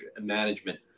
management